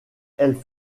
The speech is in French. elles